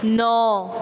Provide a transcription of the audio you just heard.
नौ